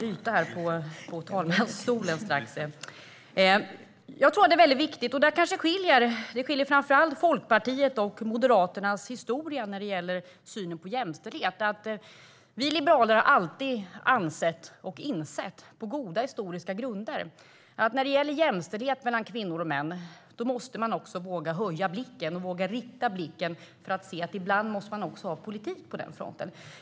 Fru talman! Jag tror att det är viktigt - Folkpartiets och Moderaternas historia skiljer sig framför allt när det gäller synen på jämställdhet - att vi liberaler alltid har ansett och insett, på goda historiska grunder, att när det gäller jämställdhet mellan kvinnor och män måste man våga höja blicken och våga rikta blicken för att se att man ibland också måste ha politik på den fronten.